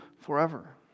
forever